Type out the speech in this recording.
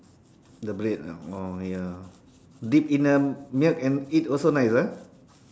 the bread oh ya dip in the milk and eat also nice ah